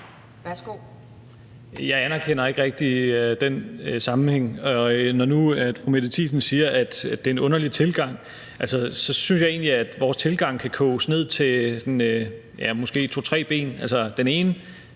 (S): Jeg anerkender ikke rigtig den sammenhæng. Når nu fru Mette Thiesen siger, at det er en underlig tilgang, synes jeg egentlig, at vores tilgang kan koges ned til at hvile på tre ben.